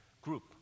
group